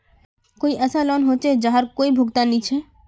कोई ऐसा लोन होचे जहार कोई भुगतान नी छे?